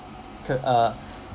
c~ uh